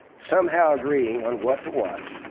somehow agreeing on what to watch,